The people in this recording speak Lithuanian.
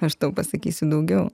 aš tau pasakysiu daugiau